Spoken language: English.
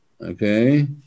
Okay